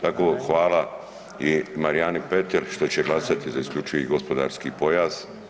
Tako hvala i Marijani Petir što će glasati za isključivi gospodarski pojas.